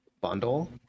Bundle